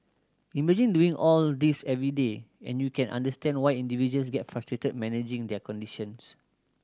imagine doing all this every day and you can understand why individuals get frustrated managing their conditions